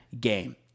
game